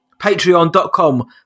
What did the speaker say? Patreon.com